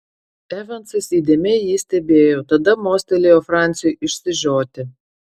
evansas įdėmiai jį stebėjo tada mostelėjo franciui išsižioti